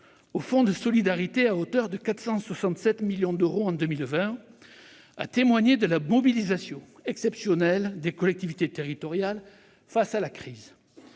au fonds de solidarité à hauteur de 467 millions d'euros en 2020 a témoigné de la mobilisation exceptionnelle des collectivités territoriales face à la crise.